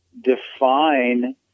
define